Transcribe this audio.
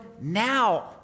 now